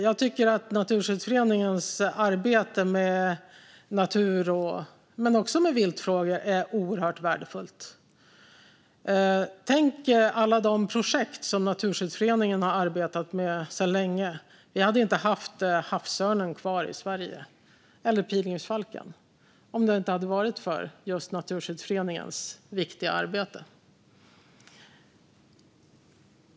Jag tycker att deras arbete med natur, men också med viltfrågor, är oerhört värdefullt. Tänk på alla de projekt som Naturskyddsföreningen har arbetat med sedan länge! Vi hade inte haft havsörnen eller pilgrimsfalken kvar i Sverige om det inte hade varit för just Naturskyddsföreningens viktiga arbete.